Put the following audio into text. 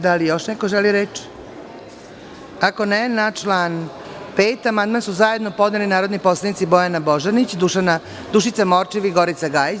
Da li još neko želi reč? (Ne) Na član 5. amandman su zajedno podneli narodni poslanici Bojana Božanić, Dušica Morčev i Gorica Gajić.